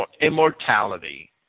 immortality